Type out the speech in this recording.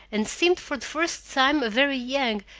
and seemed for the first time a very young,